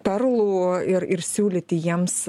perlų ir ir siūlyti jiems